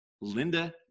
Linda